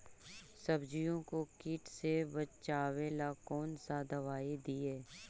सब्जियों को किट से बचाबेला कौन सा दबाई दीए?